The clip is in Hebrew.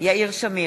יאיר שמיר,